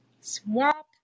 Swap